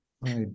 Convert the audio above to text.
right